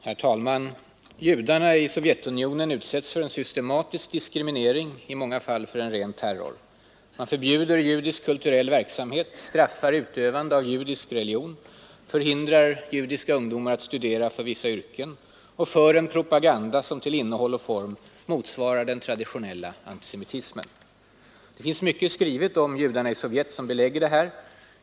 Herr talman! Judarna i Sovjetunionen utsätts för en systematisk diskriminering, i många fall för en ren terror. Man förbjuder judisk kulturell verksamhet, straffar utövande av judisk religion, förhindrar judiska ungdomar att studera för vissa yrken och för en propaganda som till innehåll och form motsvarar den traditionella antisemitismen. Det finns mycket skrivet om judarna i Sovjet som belägger det här.